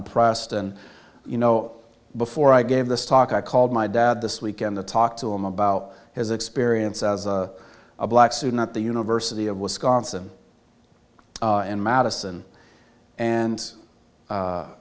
oppressed and you know before i gave this talk i called my dad this weekend to talk to him about his experience as a black student at the university of wisconsin in madison and